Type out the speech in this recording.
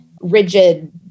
rigid